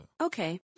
okay